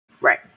Right